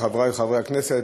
חברי חברי הכנסת,